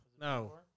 no